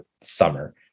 summer